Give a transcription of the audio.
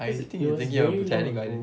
I think it's either here or botanic gardens